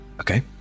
Okay